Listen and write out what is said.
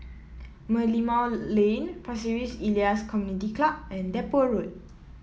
Merlimau Lane Pasir Ris Elias Community Club and Depot Road